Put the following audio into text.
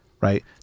right